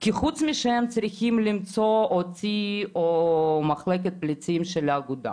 כי חוץ משהם צריכים למצוא אותי או את מחלקת הפליטים של האגודה,